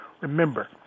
remember